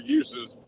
uses